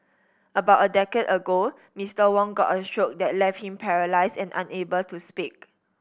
about a decade ago Mister Wong got a stroke that left him paralysed and unable to speak